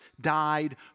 died